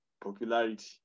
popularity